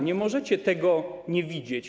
Nie możecie tego nie widzieć.